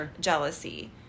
jealousy